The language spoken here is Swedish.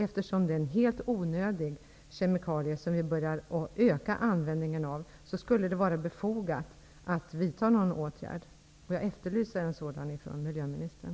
Eftersom det är en helt onödig kemikalie, vars användning börjar att öka, vidhåller jag att det skulle vara befogat att vidta någon åtgärd. Jag efterlyser en sådan från miljöministern.